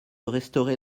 restaurer